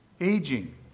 aging